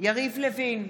יריב לוין,